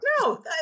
No